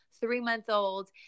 three-month-old